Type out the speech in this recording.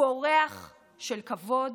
הוא אורח של כבוד